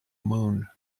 moon